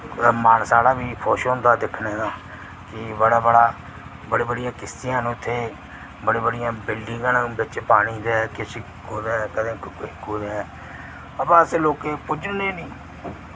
कुतै मन साढ़ा बी खुश होंदा दिक्खने दा कि बड़ा बड़ा बड़ी बड़ियां किश्तियां न उत्थै बड़ी बड़ियां बिल्डिंगां न बिच पानी दे किश कुतै कदें कुतै हां वा असें लोकें पुज्जना निं